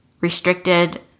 restricted